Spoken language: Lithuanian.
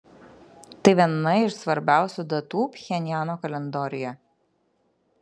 tai viena iš svarbiausių datų pchenjano kalendoriuje